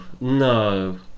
no